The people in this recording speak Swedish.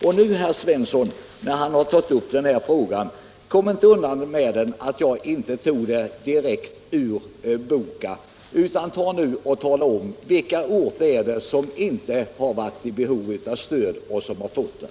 Och nu, herr Svensson i Skara, när ni tagit upp den här frågan, så försök inte komma undan med att säga att jag inte citerade direkt ”ur boka” utan tala om vilka orter det är som inte varit i behov av stöd och som fått det.